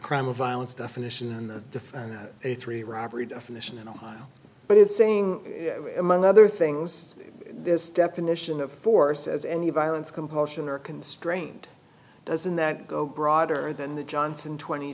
crime of violence definition and the a three robbery definition in ohio but it's saying among other things this definition of force as any violence compulsion or constraint doesn't that go broader than the johnson twenty